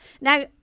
Now